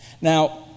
Now